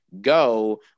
go